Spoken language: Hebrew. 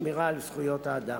ולשמירה על זכויות האדם.